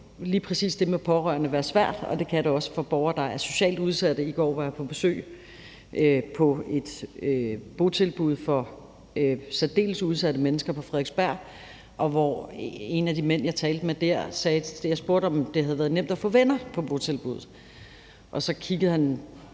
lige præcis det med pårørende være svært, og det kan det også for borgere, der er socialt udsatte. I går var jeg på besøg på et botilbud for særdeles udsatte mennesker på Frederiksberg, hvor jeg spurgte en af de mænd, jeg talte med der, om det havde været nemt at få venner på botilbuddet, og så kiggede han